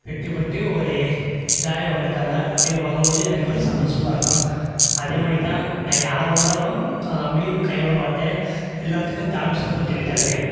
வெற்றிப்பெற்று ஒரு இதாக ஆகி வந்திருக்காங்க அப்படின்னு பார்க்கும் போது எனக்கு ஒரு சந்தோஷமா இருக்கும் அதே மாரிக்கி தான் நான் யார் வந்தாலும் நான் நம்பி கைவிடமாட்டேன் எல்லாேத்துக்கும் டான்ஸ் ஸ்டெப்பை சொல்லித் தருவேன்